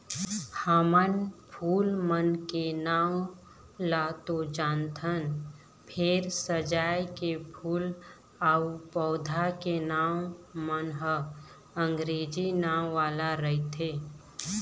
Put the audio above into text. हमन फूल मन के नांव ल तो जानथन फेर सजाए के फूल अउ पउधा के नांव मन ह अंगरेजी नांव वाला रहिथे